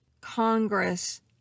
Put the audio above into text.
Congress